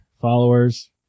followers